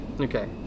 Okay